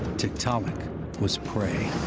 tiktaalik was prey.